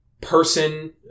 person